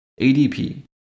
ADP